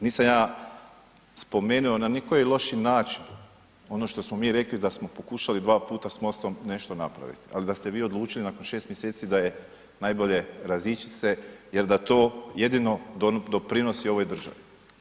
Nisam ja spomenuo na nikoji loši način ono što smo mi rekli da smo pokušali 2 puta s MOST-om nešto napravit, ali da ste vi odlučili nakon 6 mjeseci da je najbolje razići se jer da to jedino doprinosi ovoj državi.